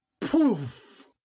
poof